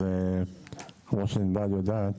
טוב, אז כמו שענבל יודעת,